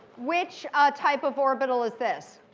which type of orbital is this